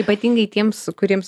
ypatingai tiems kuriems